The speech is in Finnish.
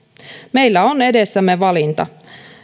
meillä on edessämme valinta